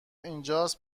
اینجاست